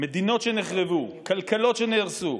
מדינות שנחרבו, כלכלות שנהרסו.